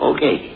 Okay